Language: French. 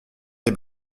les